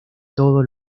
todos